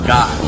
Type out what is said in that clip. God